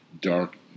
Dark